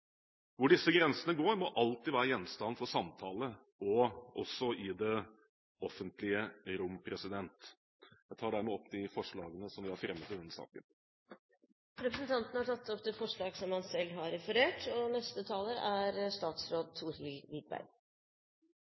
Hvor disse grensene går, må alltid være gjenstand for samtale også i det offentlige rom. Jeg tar dermed opp forslaget vi har fremmet i denne saken. Representanten Geir Jørgen Bekkevold har tatt opp det forslaget han refererte til. Det er lansert et forslag